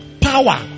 power